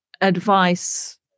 advice